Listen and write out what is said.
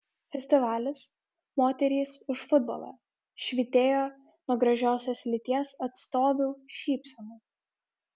festivalis moterys už futbolą švytėjo nuo gražiosios lyties atstovių šypsenų